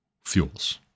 fuels